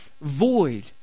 void